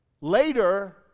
Later